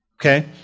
okay